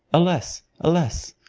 alas! alas!